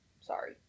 sorry